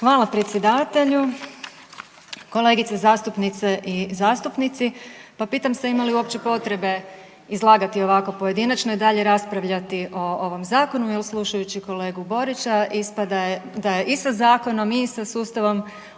Hvala predsjedavatelju. Kolegice zastupnice i zastupnici, pa pitam se ima li uopće potrebe izlagati ovako pojedinačno i dalje raspravljati o ovom zakonu jer slušajući kolegu Borića ispada da je i sa zakonom i sa sustavom